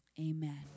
amen